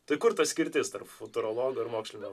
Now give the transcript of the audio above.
tai kur ta skirtis tarp futurologo ir mokslinio